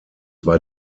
war